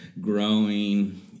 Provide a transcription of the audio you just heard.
growing